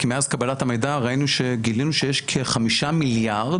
מאז קבלת המידע גילינו שיש כ-5 מיליארד,